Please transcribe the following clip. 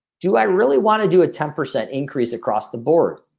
do i really wanna do a ten percent increase across the board?